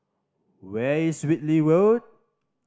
where is Whitley Road